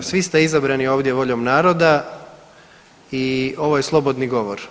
Svi ste izabrani ovdje voljom naroda i ovo je slobodni govor.